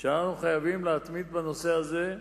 שאנו חייבים להתמיד בנושא הזה,